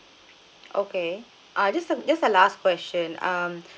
okay uh just uh just a last question um